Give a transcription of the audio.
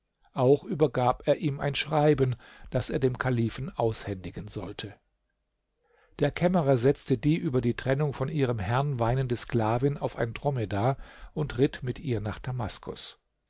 auch übergab er ihm ein schreiben das er dem kalifen aushändigen sollte der kämmerer setzte die über die trennung von ihrem herrn weinende sklavin auf ein dromedar und ritt mit ihr nach damaskus